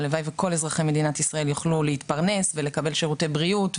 הלוואי וכל אזרחי מדינת ישראל יוכלו להתפרנס ולקבל שירותי בריאות,